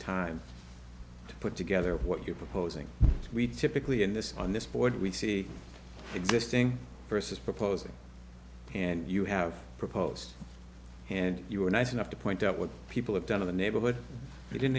time to put together what you're proposing we typically in this on this board we see existing versus proposing and you have proposed and you were nice enough to point out what people have done in the neighborhood you didn't